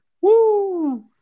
Woo